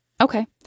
Okay